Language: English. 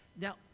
Now